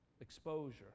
exposure